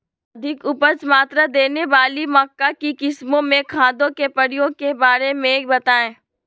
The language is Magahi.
अधिक उपज मात्रा देने वाली मक्का की किस्मों में खादों के प्रयोग के बारे में बताएं?